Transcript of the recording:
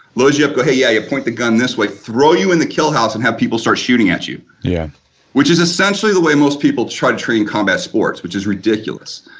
load you up, but hey yeah you point the gun this way, throw you in the kill house and have people start shooting at you yeah which is essentially the way most people try training combat sports, which is ridiculous.